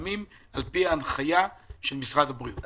ומשולמים על לפי ההנחיה של משרד הבריאות.